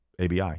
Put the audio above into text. ABI